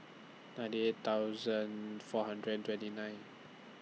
ninety eight thousand four hundred and twenty nine